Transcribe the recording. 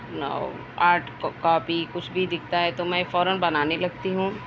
نو art copy کچھ بھی دکھتا ہے تو میں فوراً بنانے لگتی ہوں